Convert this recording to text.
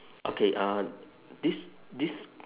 okay uh this this